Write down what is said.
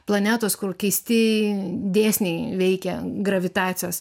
planetos kur keisti dėsniai veikia gravitacijos